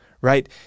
right